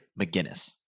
McGinnis